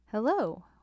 hello